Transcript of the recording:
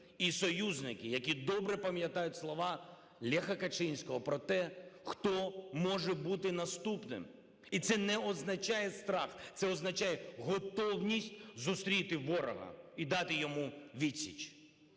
і союзники, які добре пам'ятають слова Леха Качинського про те, хто може бути наступним. І це не означає страх, це означає готовність зустріти ворога і дати йому відсіч.